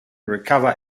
recover